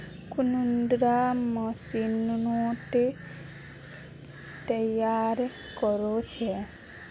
कुंडा मशीनोत तैयार कोर छै?